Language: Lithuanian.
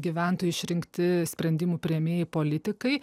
gyventojų išrinkti sprendimų priėmėjai politikai